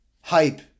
Hype